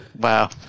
Wow